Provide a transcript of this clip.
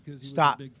Stop